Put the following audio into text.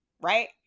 right